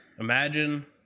Imagine